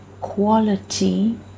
quality